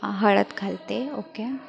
हळद घालते ओके